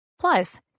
Plus